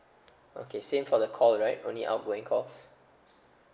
okay same for the call right only outgoing cost